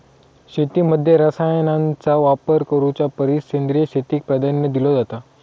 शेतीमध्ये रसायनांचा वापर करुच्या परिस सेंद्रिय शेतीक प्राधान्य दिलो जाता